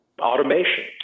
Automation